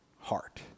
heart